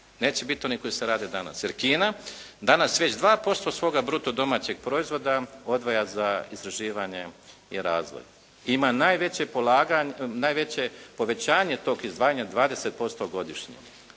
neće biti oni koji se rade danas, je Kina danas već 2% svoga bruto domaćeg proizvoda odvaja za istraživanje i razvoj. Ima najveće povećanje tog izdvajanja 20% godišnje.